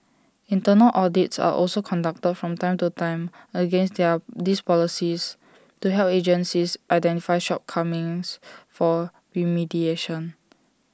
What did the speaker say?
internal audits are also conducted from time to time against they're these policies to help agencies identify shortcomings for remediation